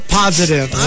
positive